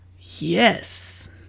Yes